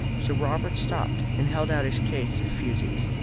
so robert stopped and held out his case of fusees.